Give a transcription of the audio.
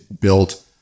built